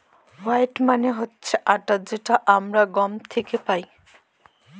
wheat মানে হচ্ছে আটা যেটা আমরা গম থেকে পাই